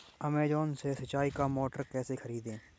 Amazon से सिंचाई का मोटर कैसे खरीदें?